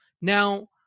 Now